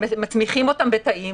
מצמיחים אותם בתאים,